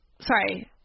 sorry